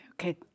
Okay